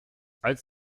als